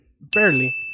barely